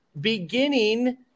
beginning